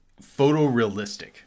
photorealistic